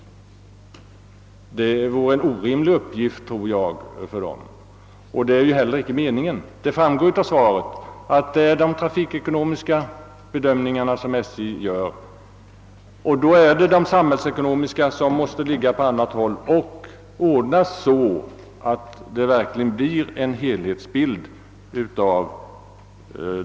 Jag tror att det vore en orimlig uppgift för dem, och det är inte heller meningen. Det framgår av svaret att SJ skall göra de trafikekonomiska bedömningarna och då måste de samhällsekonomiska bedömningarna göras på annat håll så att det verkligen blir en helhetsbild.